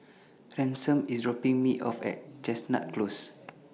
Ransom IS dropping Me off At Chestnut Close